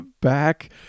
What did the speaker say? back